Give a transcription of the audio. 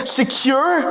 secure